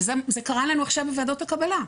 וזה קרה לנו עכשיו בוועדות הקבלה.